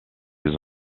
ils